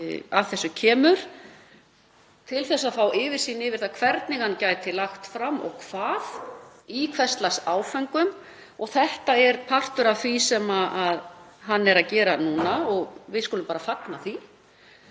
að þessu kemur til að fá yfirsýn yfir það hvernig hann gæti lagt fram og hvað, í hvers lags áföngum. Þetta er partur af því sem hann er að gera núna og við skulum bara fagna því.